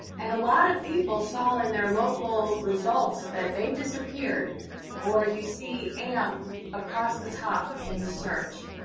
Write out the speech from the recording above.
and a lot of people saw in their local results that they disappeared or you see amp across the top in the search.